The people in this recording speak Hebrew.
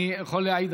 אני יכול להעיד.